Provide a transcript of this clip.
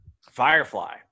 Firefly